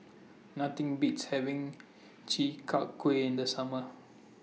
Nothing Beats having Chi Kak Kuih in The Summer